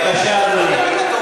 בבקשה, אדוני.